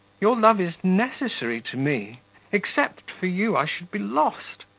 your love is necessary to me except for you, i should be lost.